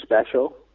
Special